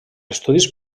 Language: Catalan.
estudis